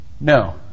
No